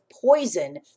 poison